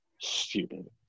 stupid